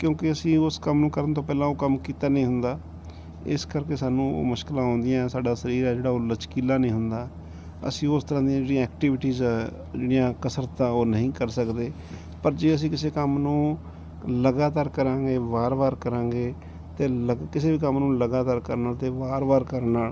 ਕਿਉਂਕਿ ਅਸੀਂ ਉਸ ਕੰਮ ਨੂੰ ਕਰਨ ਤੋਂ ਪਹਿਲਾਂ ਉਹ ਕੰਮ ਕੀਤਾ ਨਹੀਂ ਹੁੰਦਾ ਇਸ ਕਰਕੇ ਸਾਨੂੰ ਉਹ ਮੁਸ਼ਕਿਲਾਂ ਆਉਂਦੀਆਂ ਸਾਡਾ ਸਰੀਰ ਹੈ ਜਿਹੜਾ ਉਹ ਲਚਕੀਲਾ ਨਹੀਂ ਹੁੰਦਾ ਅਸੀਂ ਉਸ ਤਰ੍ਹਾਂ ਦੀਆਂ ਜਿਹੜੀਆਂ ਐਕਟੀਵਿਟੀਜ ਹੈ ਜਿਹੜੀਆਂ ਕਸਰਤਾਂ ਉਹ ਨਹੀਂ ਕਰ ਸਕਦੇ ਪਰ ਜੇ ਅਸੀਂ ਕਿਸੇ ਕੰਮ ਨੂੰ ਲਗਾਤਾਰ ਕਰਾਂਗੇ ਵਾਰ ਵਾਰ ਕਰਾਂਗੇ ਅਤੇ ਕਿਸੇ ਵੀ ਕੰਮ ਨੂੰ ਲਗਾਤਾਰ ਕਰਨ ਨਾਲ ਅਤੇ ਵਾਰ ਵਾਰ ਕਰਨ ਨਾਲ